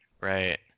Right